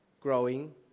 growing